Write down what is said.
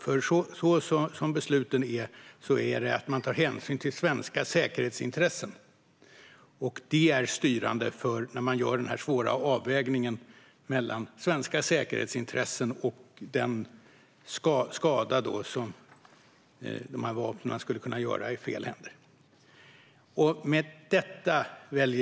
Så som besluten är utformade handlar det om att man tar hänsyn till svenska säkerhetsintressen. Det är styrande för när man gör den svåra avvägningen mellan svenska säkerhetsintressen och den skada vapnen skulle kunna göra i fel händer.